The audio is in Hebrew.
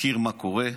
מכיר את מה שקורה,